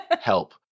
Help